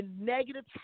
negative